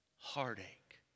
heartache